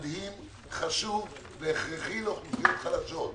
חשוב והכרחי לאוכלוסיות חלשות.